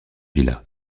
villa